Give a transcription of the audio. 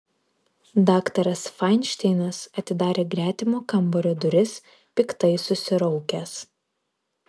daktaras fainšteinas atidarė gretimo kambario duris piktai susiraukęs